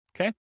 Okay